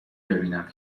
ببینم